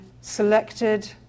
selected